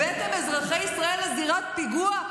הבאתם את אזרחי ישראל לזירת פיגוע,